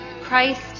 Christ